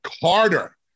carter